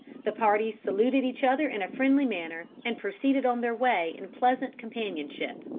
the parties saluted each other in a friendly manner, and proceeded on their way in pleasant companionship.